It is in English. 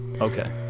Okay